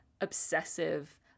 obsessive